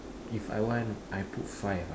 if I want I put five ah